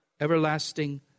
everlasting